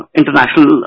international